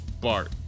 Bart